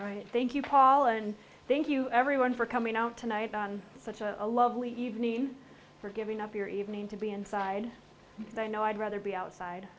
they thank you paul and thank you everyone for coming out tonight on such a lovely evening for giving up your evening to be inside and i know i'd rather be outside